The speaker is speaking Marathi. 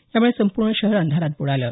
यामुळे संपूर्ण शहर अंधारात बुडालं